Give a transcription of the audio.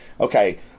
Okay